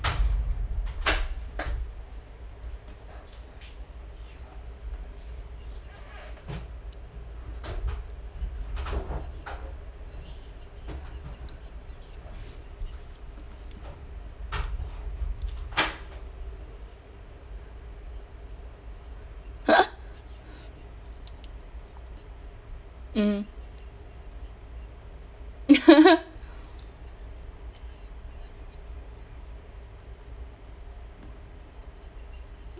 mm